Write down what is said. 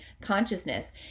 consciousness